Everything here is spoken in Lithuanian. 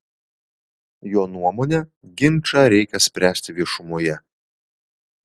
jo nuomone ginčą reikia spręsti viešumoje